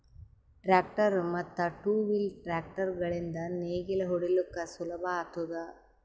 tractor ಮತ್ತ್ two wheel tractor ಗಳಿಂದ್ ನೇಗಿಲ ಹೊಡಿಲುಕ್ ಸುಲಭ ಆತುದ